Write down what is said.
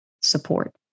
support